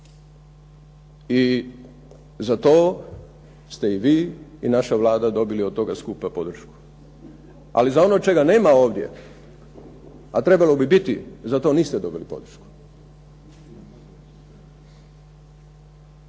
I za to ste i vi i naša Vlada dobili od toga skupa podršku. Ali za ono čega nema ovdje, a trebalo bi biti za to niste dobili podršku.